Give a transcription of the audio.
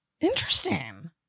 Interesting